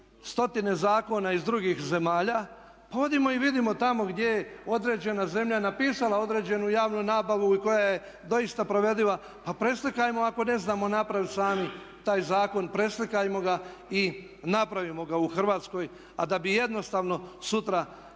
stotine zakona iz drugih zemalja, pa odimo i vidimo tamo gdje je određena zemlja napisala određenu javnu nabavu i koja je doista provediva pa preslikajmo ako ne znamo napraviti sami taj zakon, preslikajmo ga i napravimo ga u Hrvatskoj a da bi jednostavno sutra